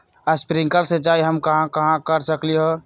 Sprinkle सिंचाई हम कहाँ कहाँ कर सकली ह?